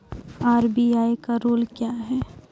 RBI का rule क्या हैं?